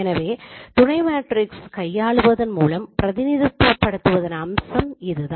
எனவே துணை மேட்ரிக்ஸ் கையாளுவதன் மூலம் பிரதிநிதித்துவப்படுத்துவதன் அம்சம் இது தான்